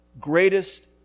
greatest